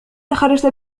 تخرجت